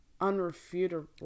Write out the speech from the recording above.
unrefutable